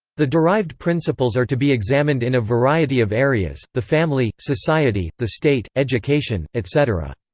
the derived principles are to be examined in a variety of areas the family, society, the state, education, etc.